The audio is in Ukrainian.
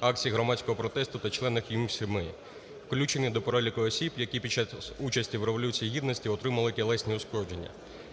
акцій громадського протесту та членам їх сімей", включення до переліку осіб, які під час участі в Революції Гідності отримали тілесні ушкодження,